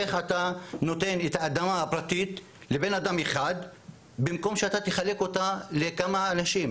איך אתה נותן אדמה פרטית לבן אדם אחד במקום שאתה תחלק אותה לכמה אנשים?